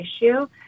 issue